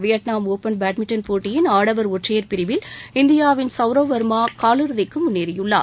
Vietnam Open badminton போட்டியின் ஆடவர் ஒற்றையர் பிரிவில் இந்தியாவின் சவ்ரவ் வர்மா கால் இறுதிக்கு முன்னேறியுள்ளார்